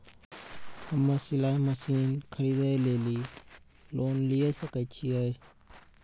हम्मे सिलाई मसीन खरीदे लेली लोन लिये सकय छियै?